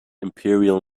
imperial